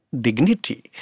dignity